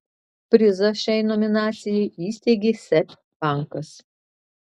prizą šiai nominacijai įsteigė seb bankas